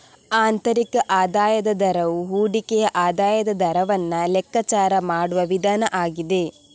ಆಂತರಿಕ ಆದಾಯದ ದರವು ಹೂಡಿಕೆಯ ಆದಾಯದ ದರವನ್ನ ಲೆಕ್ಕಾಚಾರ ಮಾಡುವ ವಿಧಾನ ಆಗಿದೆ